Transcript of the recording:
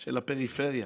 של הפריפריה,